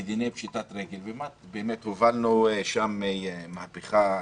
ודיני פשיטת רגל, והובלנו שם מהפכה.